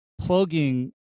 plugging